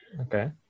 okay